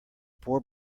poor